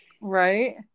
right